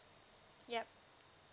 yup